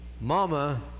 Mama